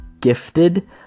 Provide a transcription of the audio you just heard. Gifted